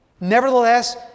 Nevertheless